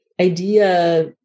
idea